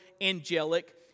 angelic